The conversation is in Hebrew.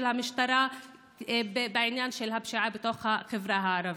המשטרה בעניין הפשיעה בתוך החברה הערבית.